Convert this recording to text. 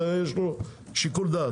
יש לו שיקול דעת.